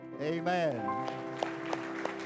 Amen